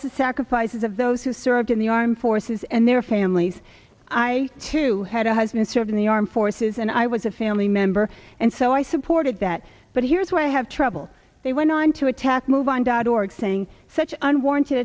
as the sacrifices of those who served in the armed forces and their families i too had a husband served in the armed forces and i was a family member and so i supported that but here's what i have trouble they went on to attack move on dot org saying such unwarranted